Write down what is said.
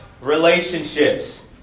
relationships